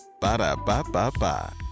Ba-da-ba-ba-ba